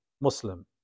Muslim